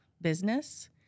business